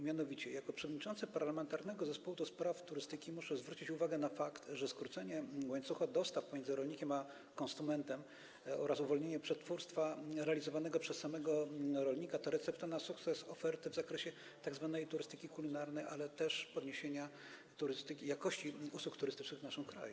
Mianowicie jako przewodniczący Parlamentarnego Zespołu ds. Turystyki muszę zwrócić uwagę na fakt, że skrócenie łańcucha dostaw pomiędzy rolnikiem a konsumentem oraz uwolnienie przetwórstwa realizowanego przez samego rolnika jest receptą na sukces oferty w zakresie tzw. turystyki kulinarnej, ale też na poprawę jakości usług turystycznych w naszym kraju.